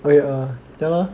wait err ya lor